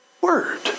word